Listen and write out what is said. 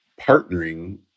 partnering